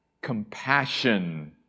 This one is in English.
compassion